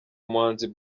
umuhanzi